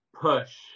push